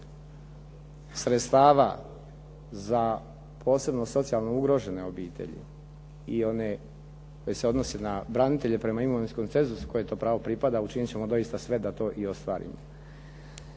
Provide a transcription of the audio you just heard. sredstava za posebno socijalno ugrožene obitelji i one koje se odnose na branitelje prema imovinskom cenzusu koje to prava pripada, učinit ćemo doista sve da to i ostvarimo.